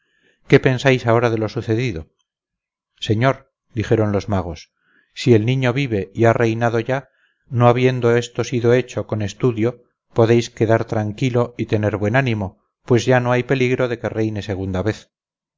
qué pensáis ahora de lo sucedido señor dijeron los magos si el niño vive y ha reinado ya no habiendo esto sido hecho con estudio podéis quedar tranquilo y tener buen ánimo pues ya no hay peligro de que reine segunda vez